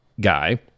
guy